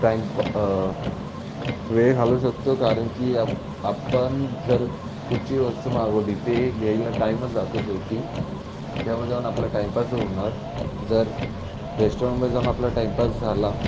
टाइम्प वेळ घालवू शकतो कारण की आप आपण जर कुठची वस्तू मागवली ते यायला टाईमच जातो शेवटी त्यामध्ये जाऊन आपला टाइमपासच होणार जर रेश्टॉरंटमध्ये जाऊन आपला टाईमपास झाला